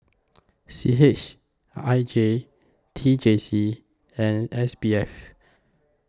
C H I J T J C and S B F